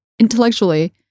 intellectually